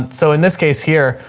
and so in this case here,